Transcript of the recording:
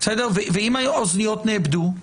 ונניח שהאוזניות נאבדו?